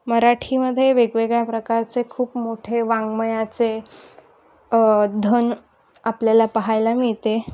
मराठीमध्ये वेगवेगळ्या प्रकारचे खूप मोठे वाङ्मयाचे धन आपल्याला पाहायला मिळते